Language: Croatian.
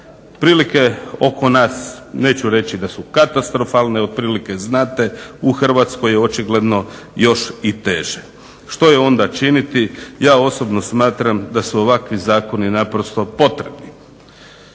Prilike oko nas neću reći da su katastrofalne otprilike znate u Hrvatskoj je očigledno još i teže. Što je onda činiti? Ja osobno smatram da su ovakvi zakoni naprosto potrebni.